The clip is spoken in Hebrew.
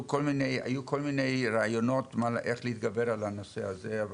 כל מיני רעיונות איך להתגבר על הנושא הזה.